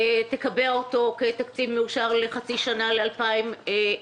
תקבע אותו כתקציב מאושר לחצי שנה ל-2020